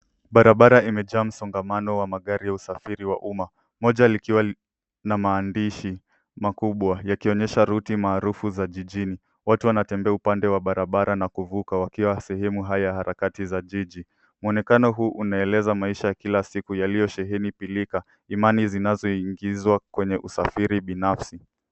Barabara imejaa msongamano wa magari ya usafiri wa umma, moja lilikiwa na maamdishi makubwa yakionyesha ruti maarufu za jijini. Watu wanatembea upande wa barabara na kuvuka wakiwa sehemu haya na harakati za jiji. Mwonekano huu unaeleza maisha ya kila siku yaliyosheheni pilika imani zilizoingizwa kwenye usafiri binafsi.